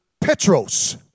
petros